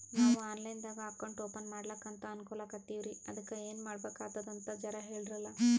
ನಾವು online ದಾಗ account open ಮಾಡ್ಲಕಂತ ಅನ್ಕೋಲತ್ತೀವ್ರಿ ಅದಕ್ಕ ಏನ ಮಾಡಬಕಾತದಂತ ಜರ ಹೇಳ್ರಲ?